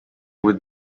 with